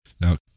now